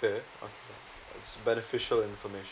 okay it's beneficial information